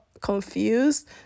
confused